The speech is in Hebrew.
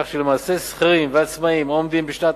כך שלמעשה שכירים ועצמאים העומדים בשנת